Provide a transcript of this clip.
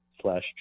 slash